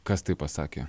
kas taip pasakė